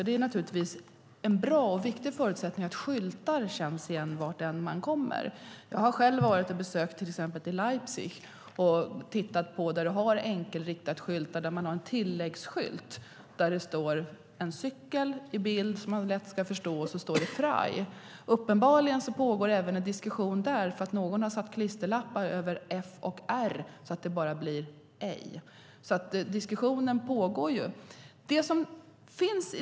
Det är naturligtvis en bra och viktig förutsättning att skyltar känns igen vart man än kommer. Jag har själv besökt Leipzig. Där har man vid enkelriktatskyltar en tilläggsskylt som visar en cykel, och det står "frei". Uppenbarligen pågår en diskussion även där, eftersom någon har satt upp klisterlappar över "f" och "r" så att det bara står "ei". Diskussionen pågår alltså.